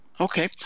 Okay